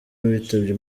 witabye